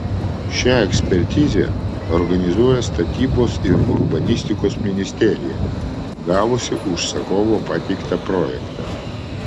šią ekspertizę organizuoja statybos ir urbanistikos ministerija gavusi užsakovo pateiktą projektą